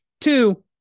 Two